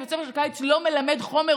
כי בית ספר של קיץ לא מלמד חומר,